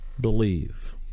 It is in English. believe